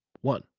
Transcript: one